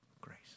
grace